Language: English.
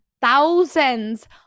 thousands